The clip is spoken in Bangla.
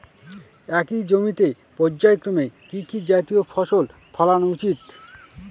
একই জমিতে পর্যায়ক্রমে কি কি জাতীয় ফসল ফলানো উচিৎ?